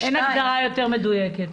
אין הגדרה מדויקת יותר.